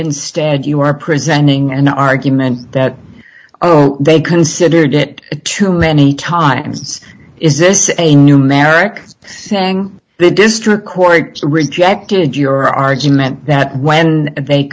instead you are presenting an argument that they considered it too many times is this is a numeric thing the district court rejected your argument that when they